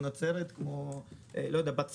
בנצרת או כמו בצפון.